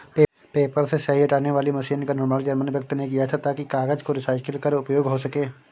paper से स्याही हटाने वाली मशीन का निर्माण जर्मन व्यक्ति ने किया था ताकि कागज को रिसाईकल कर उपयोग हो सकें